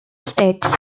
states